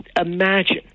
imagine